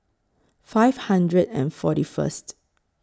five hundred and forty First